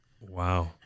Wow